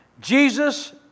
Jesus